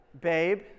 babe